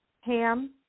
ham